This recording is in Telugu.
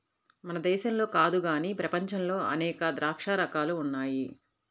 మన దేశంలో కాదు గానీ ప్రపంచంలో అనేక ద్రాక్ష రకాలు ఉన్నాయి